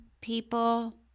people